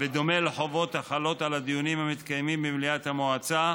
בדומה לחובות החלות על הדיונים המתקיימים במליאת המועצה,